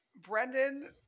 Brendan